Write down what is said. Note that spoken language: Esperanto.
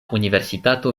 universitato